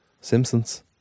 Simpsons